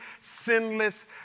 sinless